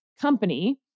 company